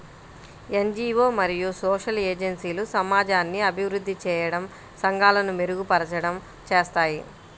NGO మరియు social ఏజెన్సీలు సమాజాన్ని అభివృద్ధి చేయడం, సంఘాలను మెరుగుపరచడం చేస్తాయి